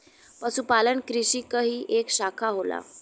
पशुपालन कृषि क ही एक साखा होला